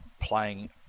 playing